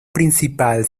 principal